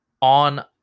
on